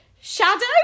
shadow